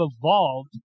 evolved